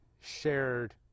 shared